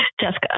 Jessica